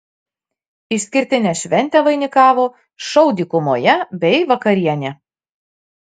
išskirtinę šventę vainikavo šou dykumoje bei vakarienė